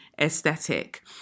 aesthetic